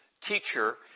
teacher